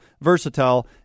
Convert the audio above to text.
versatile